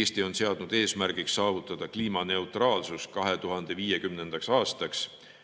Eesti on seadnud eesmärgiks saavutada kliimaneutraalsus 2050. aastaks.